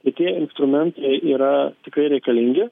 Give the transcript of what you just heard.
ir tie instrumentai yra tikrai reikalingi